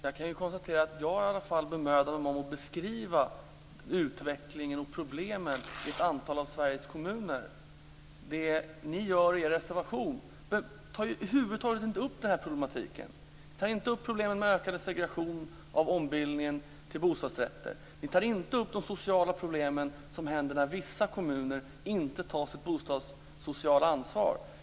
Fru talman! Jag har i alla fall bemödat mig om att beskriva utvecklingen och problemen i ett antal av Sveriges kommuner. I er reservation tar ni över huvud taget inte upp den här problematiken. Ni tar inte upp problemen med ökad segregation på grund av ombildningen till bostadsrätter. Ni tar inte upp de sociala problem som uppstår när vissa kommuner inte tar sitt bostadssociala ansvar.